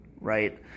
right